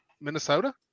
Minnesota